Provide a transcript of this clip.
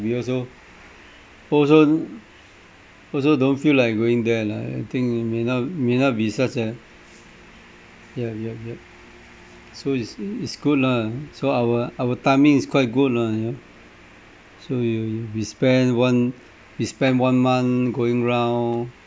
we also also also don't feel like going there lah I think it may not may not be such a yup yup yup so is is good lah so our our timing is quite good lah you know so we we spend one we spend one month going round